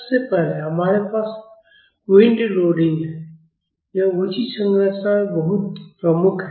सबसे पहले हमारे पास विंड लोडिंग है यह ऊंची संरचनाओं में बहुत प्रमुख है